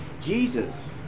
Jesus